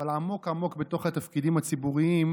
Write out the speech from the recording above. אבל עמוק עמוק בתוך התפקידים הציבוריים